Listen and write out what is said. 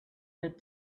that